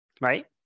Right